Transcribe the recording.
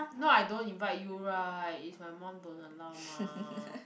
not I don't invite you right it's my mom don't allow mah